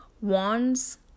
wands